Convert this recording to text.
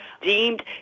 deemed